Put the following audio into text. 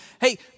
Hey